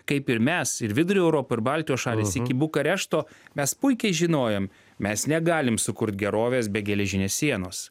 kaip ir mes ir vidurio europa ir baltijos šalys iki bukarešto mes puikiai žinojom mes negalim sukurt gerovės be geležinės sienos